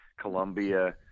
Colombia